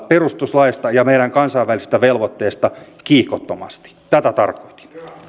perustuslaista ja meidän kansainvälisistä velvoitteistakin pitää voida keskustella kiihkottomasti tätä tarkoitin